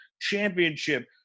championship